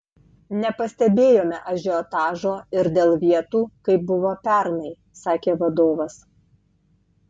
nepastebėjome ažiotažo ir dėl vietų kaip buvo pernai sakė vadovas